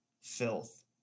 filth